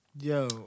Yo